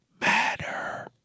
matter